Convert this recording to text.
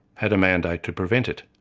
had a mandate to prevent it.